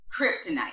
kryptonite